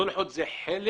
סולחות הן חלק